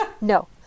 no